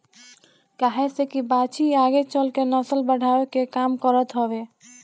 काहे से की बाछी आगे चल के नसल बढ़ावे के काम करत हवे